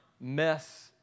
mess